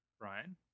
Brian